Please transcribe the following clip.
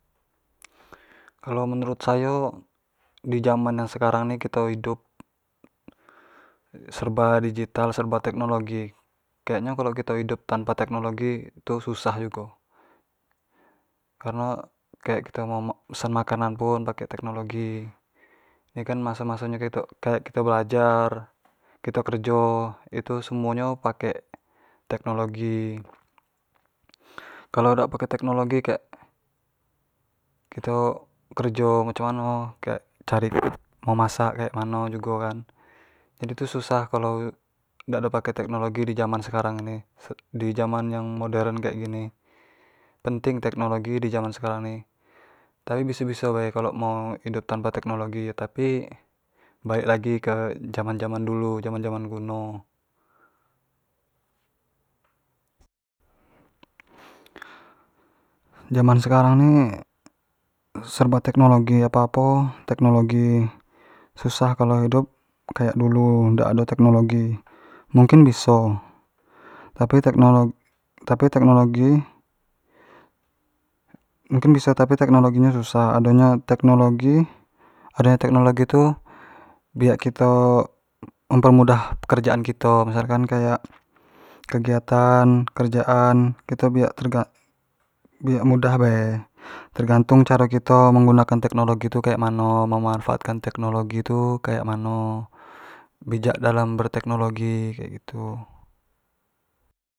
Kalua menurut sayo di jaman yang sekarang ni kito idup serba digital serba teknologi, kek nyo kalua kito idup tanpa teknologi tu susah jugo, kareno kayak kito ngo pesan makanan pun pakek teknolgi, ini kan maso maso nyo kito kayak kito belajar, kito kerjo itu semuo nyo pakek teknologi kalau dak pakai teknologi kek kito kerjo macam mano kek caro mau masak kek mano jugo kan, jadi susah kalau dak pake teknologi di jaman sekarang ni, di jaman yang modern kayak gini, penting teknologi di zaman sekarang ni, tapi biso biso be kalau mau hidup tanpa teknologi tapi balik lagi, balik ke jaman jaman dulu jaman jaman kuno, jaman sekarang ini serba teknologi, apo apo teknologi, susah kalu hidup kayak dulu dak ado teknologi, mungkin biso tapi teknologi tapi teknologi, mungkin biso tapi teknologi nyo susah, ado nyo teknologi, ado nyo teknologi tu biak kito, mempermudah pekerjaan kito, misalkan kayak kegiatan. kerjaan, biak ter-buak mudah bae, tergantung caro kito mengguno kan teknologi tu kek mano, memanfaat kan teknologi tu kek mano, bijak dalam ber teknologi kek gitu.